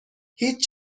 هیچ